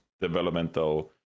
developmental